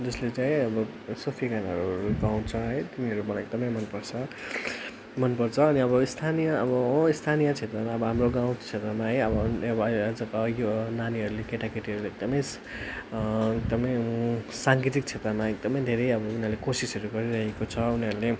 जसले चाहिँ है अब सुफी गाानाहरू गाउँछ है तिनीहरू मलाई एकदमै मनपर्छ मनपर्छ अनि अब स्थानीय अब हो स्थानीय क्षेत्रमा हाम्रो गाउँ त्यसोहरूमा है अब यो नानीहरूले केटाकेटीहरूले एकदमै एकदमै साङ्गीतिक क्षेत्रमा एकदमै धेरै अब उनीहरूले कोसिसहरू गरिरहेको छ उनीहरूले